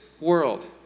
world